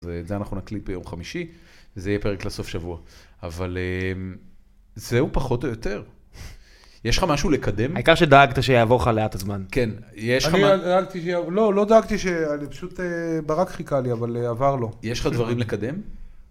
אז את זה אנחנו נקליט ביום חמישי, זה יהיה פרק לסוף שבוע. אבל זהו פחות או יותר. יש לך משהו לקדם? העיקר שדאגת שיעבור לך לאט הזמן. כן, יש לך... לא דאגתי, פשוט ברק חיכה לי, אבל עבר לו. יש לך דברים לקדם?